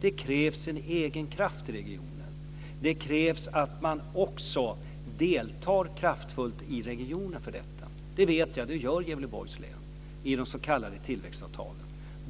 Det krävs en egen kraft i regionen. Det krävs att man också deltar kraftfullt i regionen för detta. Det vet jag att man gör i Gävleborgs län i de s.k. tillväxtavtalen.